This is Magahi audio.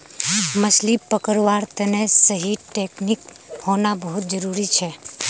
मछली पकड़वार तने सही टेक्नीक होना बहुत जरूरी छ